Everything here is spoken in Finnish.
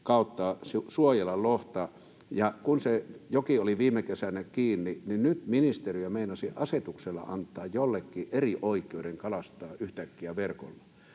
kautta suojella lohta. Se joki oli viime kesänä kiinni, ja nyt ministeriö meinasi asetuksella antaa jollekin erioikeuden kalastaa yhtäkkiä verkolla.